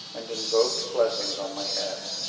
and invoked blessings on my head.